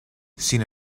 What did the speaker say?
sin